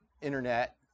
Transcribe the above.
internet